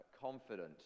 confident